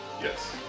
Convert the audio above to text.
Yes